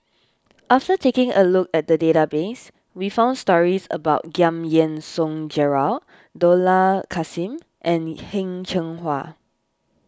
after taking a look at the database we found stories about Giam Yean Song Gerald Dollah Kassim and Heng Cheng Hwa